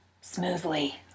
smoothly